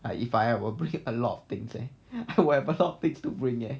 I if I will bring a lot of things there whatever I got a lot of things to bring leh